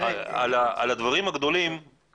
על הדברים הגדולים, נתמודד איתם.